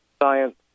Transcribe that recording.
science